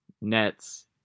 Nets